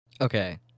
Okay